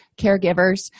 caregivers